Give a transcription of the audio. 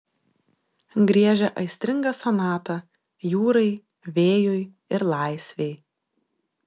griežia aistringą sonatą jūrai vėjui ir laisvei